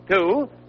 Two